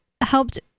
helped